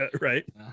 Right